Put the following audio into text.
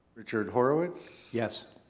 richard horowitz. yes.